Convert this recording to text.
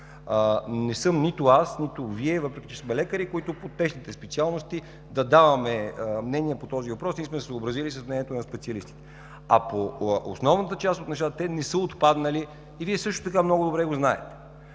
Не съм нито аз, нито Вие, въпреки че сме лекари, които по техните специалности да даваме мнение по този въпрос, ние сме се съобразили с мнението на специалистите. По основната част от нещата, те не са отпаднали и Вие също така много добре го знаете.